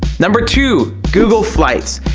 number two google flights.